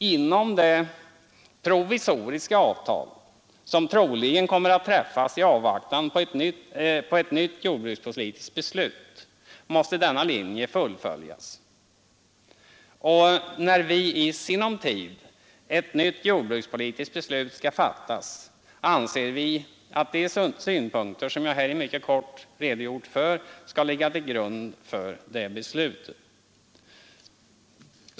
Inom det provisoriska avtal som troligen kommer att träffas i avvaktan på ett nytt jordbrukspolitiskt beslut måste denna linje fullföljas. När i sinom tid ett nytt jordbrukspolitiskt beslut skall fattas anser vi att de synpunkter som jag nu mycket kortfattat redogjort för skall ligga till grund för beslutet.